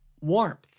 warmth